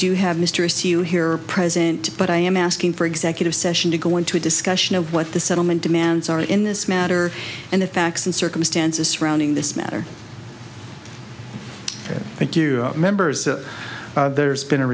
here present but i am asking for executive session to go into a discussion of what the settlement demands are in this matter and the facts and circumstances surrounding this matter thank you members there's been a